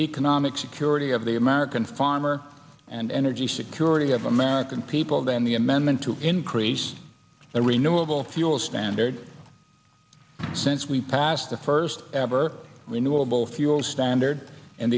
economic security of the american farmer and energy security of american people than the amendment to increase the renewable fuel standard since we passed the first ever renewable fuel standard and